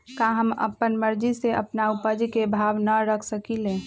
का हम अपना मर्जी से अपना उपज के भाव न रख सकींले?